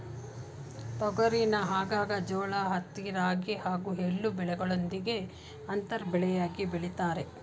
ತೊಗರಿನ ಆಗಾಗ ಜೋಳ ಹತ್ತಿ ರಾಗಿ ಹಾಗೂ ಎಳ್ಳು ಬೆಳೆಗಳೊಂದಿಗೆ ಅಂತರ ಬೆಳೆಯಾಗಿ ಬೆಳಿತಾರೆ